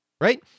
right